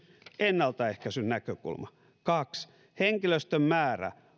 ennaltaehkäisyn näkökulma kaksi henkilöstön määrä